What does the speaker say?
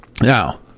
Now